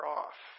off